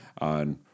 on